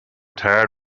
tired